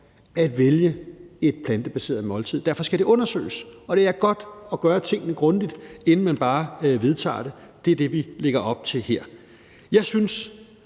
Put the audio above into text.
at vælge et plantebaseret måltid. Derfor skal det undersøges, og det er godt at gøre tingene grundigt, inden man bare vedtager dem. Det er det, vi lægger op til her. Jeg synes,